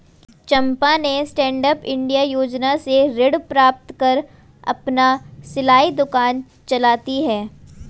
चंपा ने stand up India योजना से ऋण प्राप्त कर अपना सिलाई दुकान चलाती है